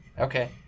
Okay